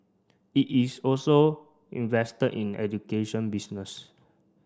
it is also invested in education business